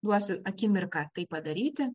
duosiu akimirką tai padaryti